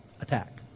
attack